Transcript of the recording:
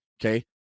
okay